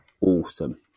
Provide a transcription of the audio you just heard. awesome